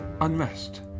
unrest